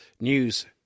news